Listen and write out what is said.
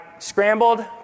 scrambled